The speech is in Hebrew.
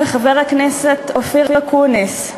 חבר הכנסת אופיר אקוניס,